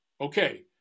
Okay